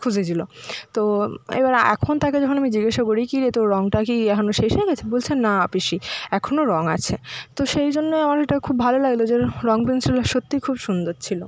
খুশি ছিলো তো এবার এখন তাকে যখন আমি জিজ্ঞাসা করি কি রে তোর রঙটা কি এখনো শেষ হয়ে গেছে বলছে না পিসি এখনো রঙ আছে তো সেই জন্যই আমার এটা খুব ভালো লাগলো যে ওর রঙ পেনসিলগুলো সত্যিই খুব সুন্দর ছিলো